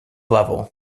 level